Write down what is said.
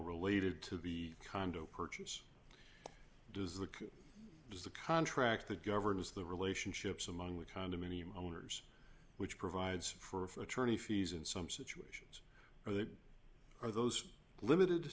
related to the condo purchase does the does the contract the governors the relationships among the condominium owners which provides for attorney fees in some situations are there are those limited